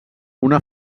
una